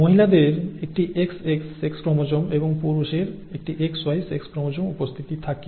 মহিলাদের একটি XX sex chromosome এবং পুরুষের একটি XY সেক্স ক্রোমোজোম উপস্থিতি থাকে